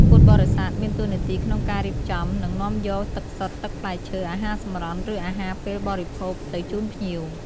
ការជូនទឹក និងអាហារនេះ មិនត្រឹមតែជាការរាក់ទាក់ប៉ុណ្ណោះទេ ប៉ុន្តែក៏ជាការជួយបំបាត់ការស្រេកឃ្លាន និងភាពនឿយហត់របស់ភ្ញៀវដែលបានធ្វើដំណើរមកពីចម្ងាយ ឬចូលរួមពិធីពីដើមដល់ចប់។